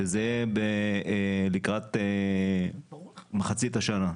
שזה יהיה לקראת מחצית השנה.